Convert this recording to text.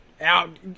out